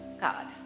God